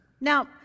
Now